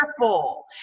careful